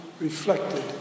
reflected